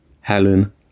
Helen